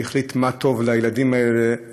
שהחליט מה טוב לילדים האלה,